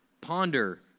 ponder